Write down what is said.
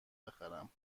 بخرم